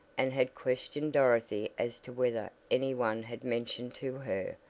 and had questioned dorothy as to whether any one had mentioned to her,